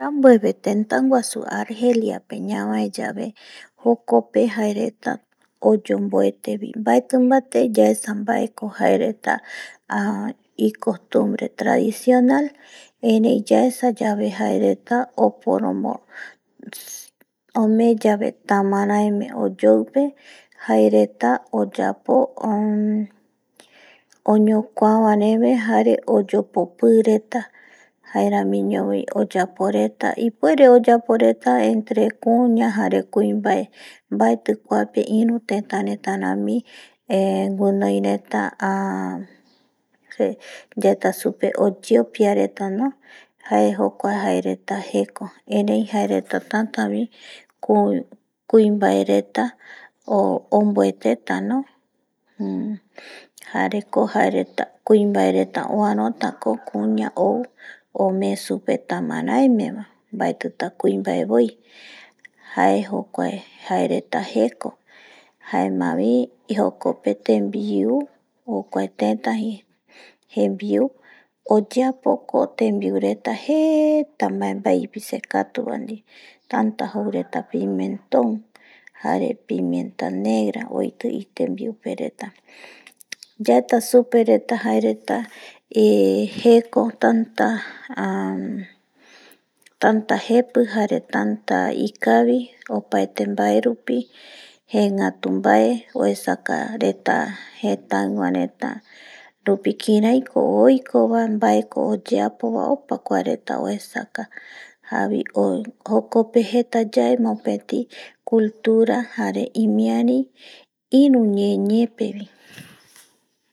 Teta guasu argelia ñabae yave jokope jae reta oyonbuete baeti bate yaesa ko jae reta icostumbre traducional erei yaesa yave jae reta, ome yave tamaraeme oyoipe jae reta oyapo oi oñokuava rebe jare oyopopi reta jaeramiño bi ipuere oyapo reta entre kuña jare kuimbae nbaeti kuape iru teta reta rami erei winoi reta,, oyeapia reta, jae jokua reta jeko erei jae reta tat bi kuibae reta onbueteta no, jareko jae reta kuibae reta uarota kuña ou ome supe tamaraeme vabaetita kuibae boi jae jokua jae reta jeko jaemabi jokpe tembiu ogua reta jenbiu oyeapoko tenbiu reta jeta nbae bae ipisekatubae die tatapimenton jare pimenta negra oiti itembiupe reta, yaeta supe reta jae retaeh jeko tatajepi jare, tata ikavi ,opaete bae rupi, jegatu nbae uesaka reta nbae jetaigua rupiko kiraiko oikoba, baekomoyeapo ba opa bae uesaka, jabi jokope jetayae mopeti cultura jare imiari iru ñeñe pe bi.